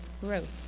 growth